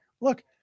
Look